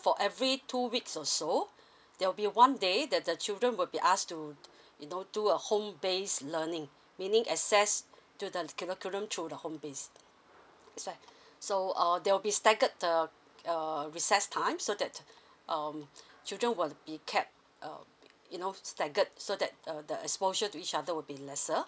for every two weeks or so there will be one day that the children will be asked to you know do a home base learning meaning access to the curriculum through the home base that's why so or they will be staggered uh err recess time so that um children will be kept uh you know staggered so that err the exposure to each other will be lesser